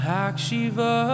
Hakshiva